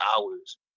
hours